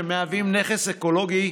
שמהווים נכס אקולוגי,